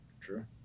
true